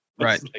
Right